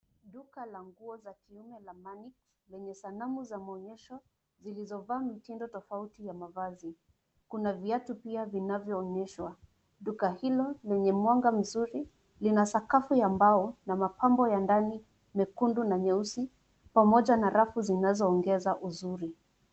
Duka la nguo za kiume la Manix, lenye sanamu za maonyesho, zilizovaa mitindo tofauti ya mavazi. Kuna viatu pia vinavyoonyeshwa. Duka hilo, lenye mwanga mzuri lina sakafu ya mbao, na mapambo ya ndani mekundu na meusi, pamoja na rafu zinazoongeza uzuri.